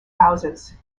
houses